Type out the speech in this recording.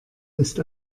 ist